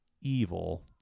evil